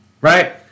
right